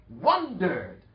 wondered